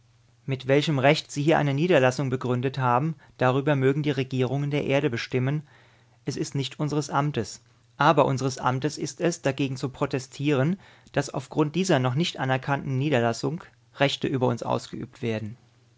mit welchem recht sie hier eine niederlassung begründet haben darüber mögen die regierungen der erde bestimmen es ist nicht unseres amtes aber unseres amtes ist es dagegen zu protestieren daß auf grund dieser noch nicht anerkannten niederlassung rechte über uns ausgeübt werden